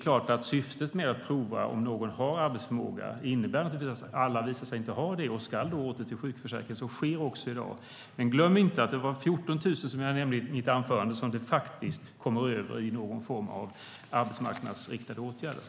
När man prövar arbetsförmåga kan det visa sig att en del inte har det. Då ska de åter till sjukförsäkringen, och så sker också i dag. Glöm dock inte att det var 14 000, vilket jag nämnde i mitt anförande, som kom över i någon form av arbetsmarknadsriktade åtgärder.